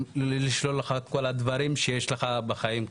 לשלול לך את כל הדברים שיש לך בחיים.